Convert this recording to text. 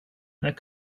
that